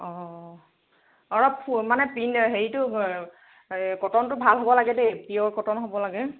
অঁ অলপ মানে হেৰিটো কটনটো ভাল হ'ব দেই পিঅ'ৰ কটন হ'ব লাগে